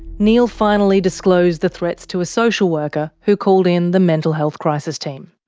neil finally disclosed the threats to a social worker, who called in the mental health crisis team.